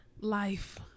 Life